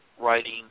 writing